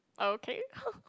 okay